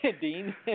Dean